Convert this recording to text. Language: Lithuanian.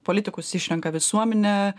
politikus išrenka visuomenė